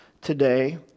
today